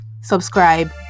subscribe